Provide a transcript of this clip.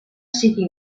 sigui